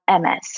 MS